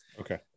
Okay